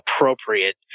appropriate